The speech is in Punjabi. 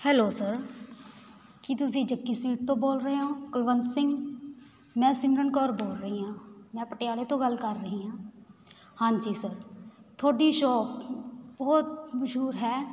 ਹੈਲੋ ਸਰ ਕੀ ਤੁਸੀਂ ਚੱਕੀ ਸਵੀਟ ਤੋਂ ਬੋਲ ਰਹੇ ਹੋ ਕੁਲਵੰਤ ਸਿੰਘ ਮੈਂ ਸਿਮਰਨ ਕੌਰ ਬੋਲ ਰਹੀ ਹਾਂ ਮੈਂ ਪਟਿਆਲੇ ਤੋਂ ਗੱਲ ਕਰ ਰਹੀ ਹਾਂ ਹਾਂਜੀ ਸਰ ਤੁਹਾਡੀ ਸ਼ੋਪ ਬਹੁਤ ਮਸ਼ਹੂਰ ਹੈ